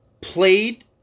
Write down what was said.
played